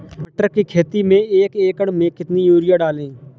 मटर की खेती में एक एकड़ में कितनी यूरिया डालें?